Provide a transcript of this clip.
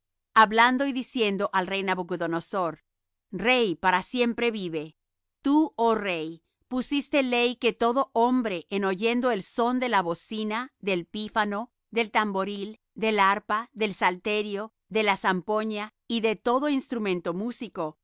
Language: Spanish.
hablando y diciendo al rey nabucodonosor rey para siempre vive tú oh rey pusiste ley que todo hombre en oyendo el son de la bocina del pífano del tamboril del arpa del salterio de la zampoña y de todo instrumento músico